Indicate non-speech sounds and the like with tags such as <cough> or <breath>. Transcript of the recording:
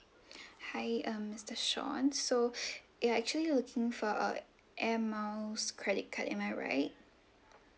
hi um mister sean so <breath> you are actually looking for uh air miles credit card am I right